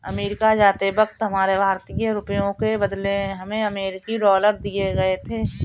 America जाते वक्त हमारे भारतीय रुपयों के बदले हमें अमरीकी डॉलर दिए गए थे